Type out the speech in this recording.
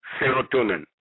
serotonin